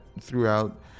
throughout